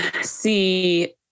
see